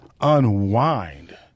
unwind